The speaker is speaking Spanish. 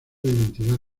identidad